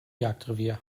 jagdrevier